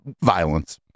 violence